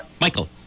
Michael